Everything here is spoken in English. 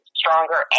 stronger